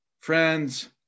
Friends